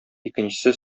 икенчесе